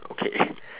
okay